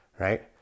right